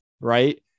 right